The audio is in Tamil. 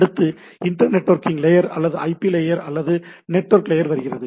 அடுத்து இன்டர் நெட்வொர்க்கிங் லேயர் அல்லது ஐபி லேயர் அல்லது நெட்வொர்க் லேயர் வருகிறது